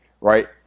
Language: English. right